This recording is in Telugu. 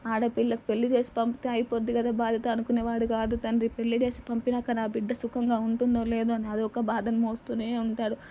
ఆడపిల్లకు పెళ్ళి చేసి పంపితే అయిపోద్ది కదా బాధ్యత అనుకునేవాడు కాదు తండ్రి పెళ్ళి చేసి పంపినాక నా బిడ్డ సుఖంగా ఉంటుందో లేదో అని అది ఒక బాధను మోస్తూనే ఉంటాడు